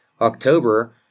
october